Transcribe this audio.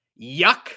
Yuck